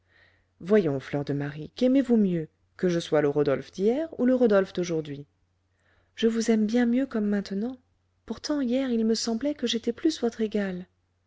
voyons fleur de marie quaimez vous mieux que je sois le rodolphe d'hier ou le rodolphe d'aujourd'hui je vous aime bien mieux comme maintenant pourtant hier il me semblait que j'étais plus votre égale